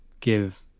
give